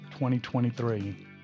2023